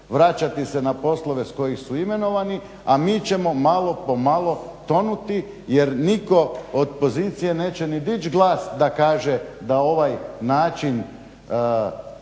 vraćati se na poslove s kojih su imenovani, a mi ćemo malo po malo tonuti jer nitko od pozicije neće ni dići glas da kaže da ovaj način